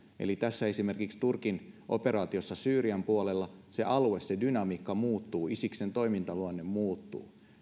eli kun esimerkiksi turkin operaatiossa syyrian puolella se alue se dynamiikka muuttuu isiksen toimintaluonne muuttuu